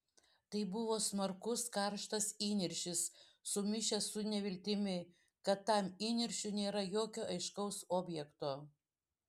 tai buvo smarkus karštas įniršis sumišęs su neviltimi kad tam įniršiui nėra jokio aiškaus objekto